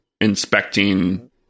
inspecting